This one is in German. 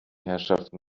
herrschaften